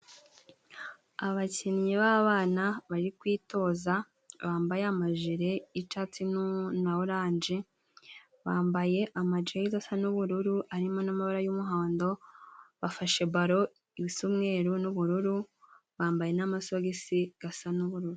Abakinnyi b'abana bari kwitoza, bambaye amajile y'icatsi n'umu na orange. Bambaye ama jezi asa n'ubururu, arimo n'amabara y'umuhondo. Bafashe balo isa umweru n'ubururu, bambaye n'amasogisi gasa n'ubururu.